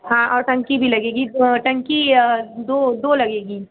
हाँ और टंकी भी लगेगी दो टंकी दो दो लगेगी